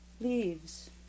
Leaves